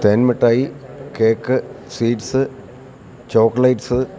തേൻമിഠായി cake sweets chocolates